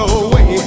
away